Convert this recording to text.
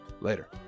Later